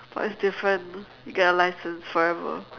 but it's different you get a license forever